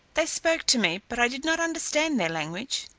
they spoke to me, but i did not understand their language.